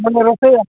ବୋଲେ ରୋଷେଇଆ